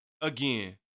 again